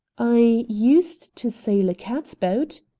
i used to sail a catboat,